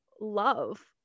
love